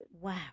Wow